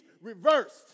reversed